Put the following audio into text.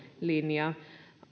linja